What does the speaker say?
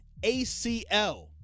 ACL